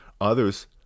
others